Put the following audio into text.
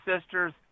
sisters